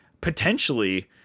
potentially